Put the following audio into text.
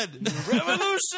Revolution